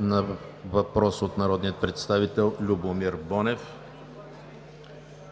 на въпрос от народния представител Любомир Бонев;